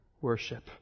worship